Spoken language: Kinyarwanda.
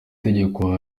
tegeko